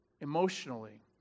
emotionally